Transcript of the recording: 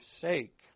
sake